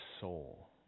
soul